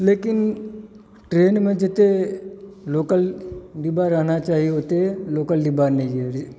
लेकिन ट्रेनमे जतय लोकल डिब्बा रहना चाही ओते लोकल डिब्बा नहि रहैए